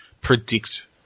predict